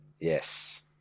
Yes